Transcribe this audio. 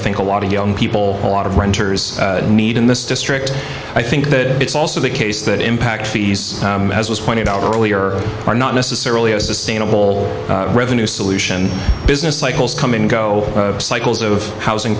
think a lot of young people a lot of renters need in this district i think that it's also the case that impact fees as was pointed out earlier are not necessarily a sustainable revenue solution business cycles come and go cycles of housing